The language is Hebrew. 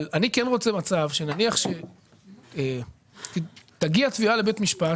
אבל אני כן רוצה מצב שנניח שתגיע תביעה לבית משפט,